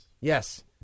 Yes